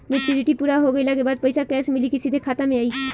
Maturity पूरा हो गइला के बाद पईसा कैश मिली की सीधे खाता में आई?